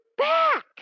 back